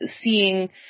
seeing